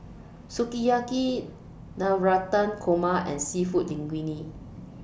Sukiyaki Navratan Korma and Seafood Linguine